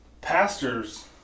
pastors